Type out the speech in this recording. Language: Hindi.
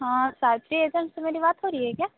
हाँ साक्षी एजेंट से मेरी बात हो रही है क्या